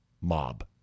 mob